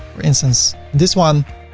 for instance, this one.